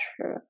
true